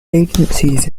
agencies